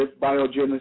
biogenesis